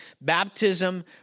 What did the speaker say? Baptism